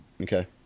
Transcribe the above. Okay